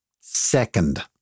second